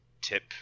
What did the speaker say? tip